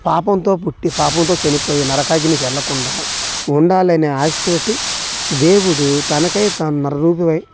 పాపంతో పుట్టి పాపంతో చనిపోయి నరకాగ్నికి వెళ్ళకుండా ఉండాలనే ఆశతోటి దేవుడు తనకై తను నరరూపుడై